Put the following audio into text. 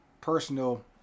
personal